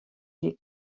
hjir